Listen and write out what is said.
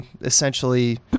essentially